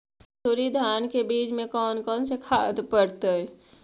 मंसूरी धान के बीज में कौन कौन से खाद पड़तै?